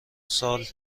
سال